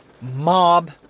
Mob